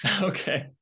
Okay